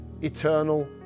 eternal